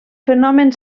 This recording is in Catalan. fenomen